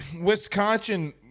Wisconsin